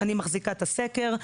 אני מחזיקה את הסקר,